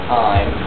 time